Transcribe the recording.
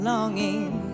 Longing